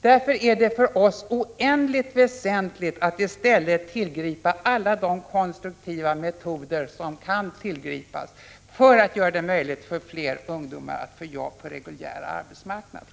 Därför är det för oss oerhört väsentligt att man i stället tillgriper alla de konstruktiva metoder som kan tillgripas för att göra det möjligt för fler ungdomar att få arbete på den reguljära arbetsmarknaden.